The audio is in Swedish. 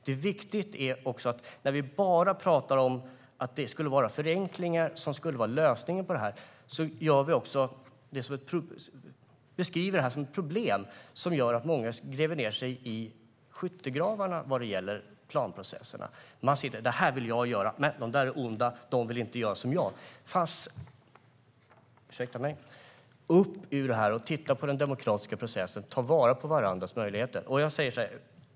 Viktigt att tänka på är också att när vi bara talar om att det är förenklingar som skulle vara lösningen beskriver vi det också som ett problem, vilket gör att många gräver ned sig i skyttegravar när det gäller planprocesserna. Man säger: Det här vill jag göra. De där är onda, för de vill inte göra som jag. Jag säger: Upp ur detta, och titta på den demokratiska processen! Ta vara på varandras möjligheter!